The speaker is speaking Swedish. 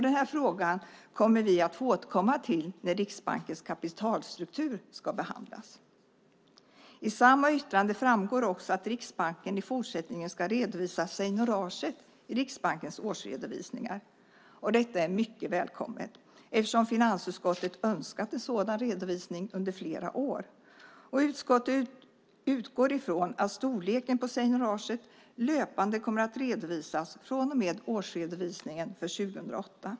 Denna fråga kommer vi att få återkomma till när Riksbankens kapitalstruktur ska behandlas. I samma yttrande framgår också att Riksbanken i fortsättningen ska redovisa seignoraget i Riksbankens årsredovisningar. Detta är mycket välkommet eftersom finansutskottet önskat en sådan redovisning under flera år. Utskottet utgår från att storleken på seignoraget löpande kommer att redovisas från och med årsredovisningen för 2008.